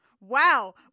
Wow